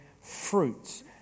fruits